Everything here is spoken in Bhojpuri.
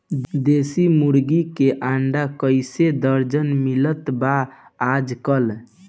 देशी मुर्गी के अंडा कइसे दर्जन मिलत बा आज कल?